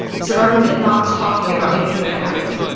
survival meant not talking about anything that happened.